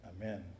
Amen